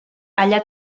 allà